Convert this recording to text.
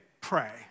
Pray